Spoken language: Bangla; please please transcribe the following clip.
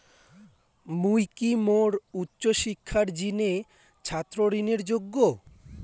মুই কি মোর উচ্চ শিক্ষার জিনে ছাত্র ঋণের যোগ্য?